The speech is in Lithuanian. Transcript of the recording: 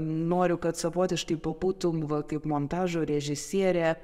noriu kad savotiškai pabūtum va kaip montažo režisierė